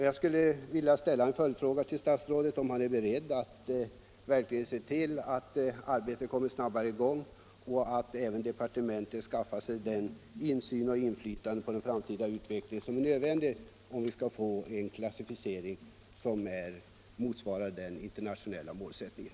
Jag skulle vilja ställa en följdfråga till statsrådet: Är statsrådet beredd att verkligen se till att arbetet kommer snabbare i gång och att även departementet skaffar sig den insyn och det inflytande på den framtida utvecklingen som är nödvändiga för att vi skall få en klassificering som motsvarar den internationella målsättningen?